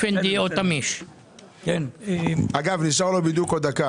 זה דקה